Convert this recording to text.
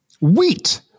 Wheat